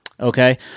Okay